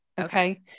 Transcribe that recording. Okay